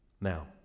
Now